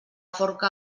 forca